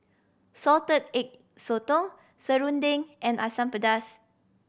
Salted Egg Sotong serunding and Asam Pedas